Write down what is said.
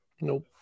Nope